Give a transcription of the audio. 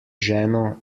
ženo